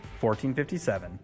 1457